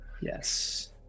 yes